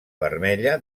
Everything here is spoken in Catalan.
vermella